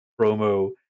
promo